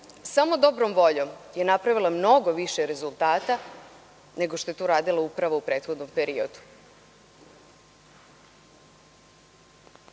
samo dobrom voljom, je napravila mnogo više rezultata nego što je to uradila Uprava u prethodnom periodu.